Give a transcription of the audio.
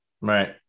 Right